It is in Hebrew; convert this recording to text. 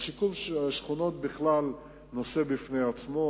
שיקום שכונות הוא נושא בפני עצמו.